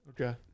Okay